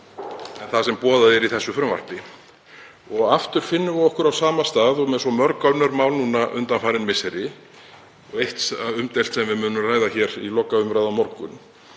það sem boðað er í þessu frumvarpi. Aftur finnum við okkur á sama stað og með svo mörg önnur mál undanfarin misseri, þar af eitt umdeilt sem við munum ræða í lokaumræðu á morgun,